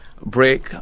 break